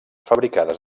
fabricades